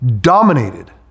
dominated